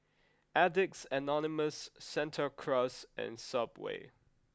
addicts Anonymous Santa Cruz and subway